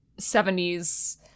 70s